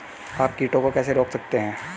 आप कीटों को कैसे रोक सकते हैं?